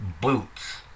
boots